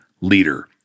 leader